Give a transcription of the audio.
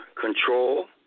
control